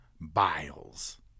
Biles